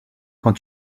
quand